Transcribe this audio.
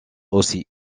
aussi